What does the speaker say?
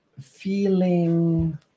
feeling